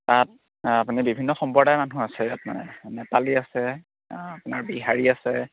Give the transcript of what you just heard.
তাত আপুনি বিভিন্ন সম্প্ৰদায়ৰ মানুহ আছে ইয়াত মানে নেপালী আছে আপোনাৰ বিহাৰী আছে